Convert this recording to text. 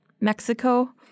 Mexico